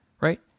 right